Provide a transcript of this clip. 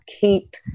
keep